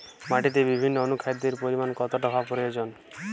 মাটিতে বিভিন্ন অনুখাদ্যের পরিমাণ কতটা হওয়া প্রয়োজন?